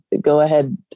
go-ahead